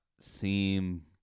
seem